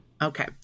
Okay